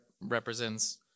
represents